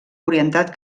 orientat